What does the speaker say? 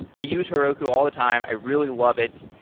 i use heroku all the time. i really love it.